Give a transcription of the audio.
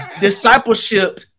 Discipleship